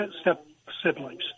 step-siblings